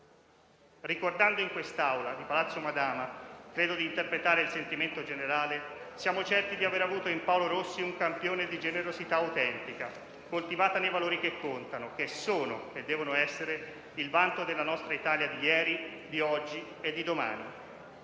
Ricordandolo in quest'Aula di Palazzo Madama - credo di interpretare il sentimento generale - siamo certi di aver avuto in Paolo Rossi un campione di generosità autentica, coltivata nei valori che contano, che sono e devono essere il vanto della nostra Italia di ieri, di oggi e di domani.